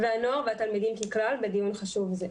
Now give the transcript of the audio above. והנוער והתלמידים ככלל, בדיון החשוב הזה.